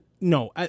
no